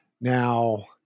Now